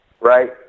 right